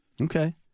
Okay